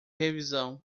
revisão